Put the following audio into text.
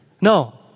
No